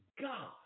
God